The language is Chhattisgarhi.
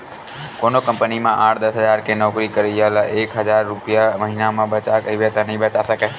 कोनो कंपनी म आठ, दस हजार के नउकरी करइया ल एक हजार रूपिया महिना म बचा कहिबे त नइ बचा सकय